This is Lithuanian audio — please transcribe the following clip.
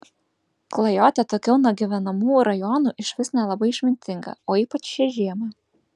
klajoti atokiau nuo gyvenamų rajonų išvis nelabai išmintinga o ypač šią žiemą